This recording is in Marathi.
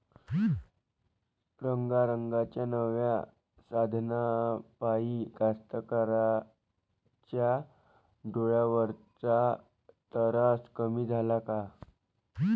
रंगारंगाच्या नव्या साधनाइपाई कास्तकाराइच्या डोक्यावरचा तरास कमी झाला का?